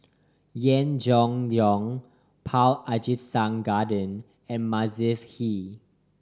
Yee Jenn Jong Paul Abisheganaden and Mavis Hee